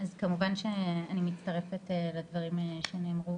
כמובן, שאני מצטרפת לדברים שנאמרו